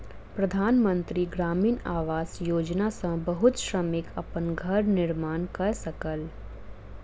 प्रधान मंत्री ग्रामीण आवास योजना सॅ बहुत श्रमिक अपन घर निर्माण कय सकल